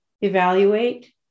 evaluate